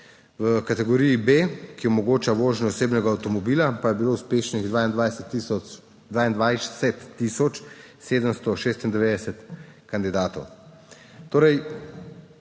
V kategoriji B, ki omogoča vožnjo osebnega avtomobila, pa je bilo uspešnih 22 tisoč 796 kandidatov.